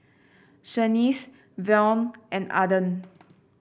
Shaniece Vaughn and Arden